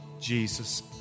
Jesus